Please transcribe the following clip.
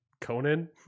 Conan